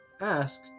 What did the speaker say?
ask